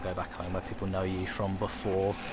back home where people know you from before.